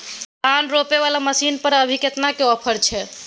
धान रोपय वाला मसीन पर अभी केतना के ऑफर छै?